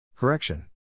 Correction